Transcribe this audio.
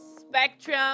spectrum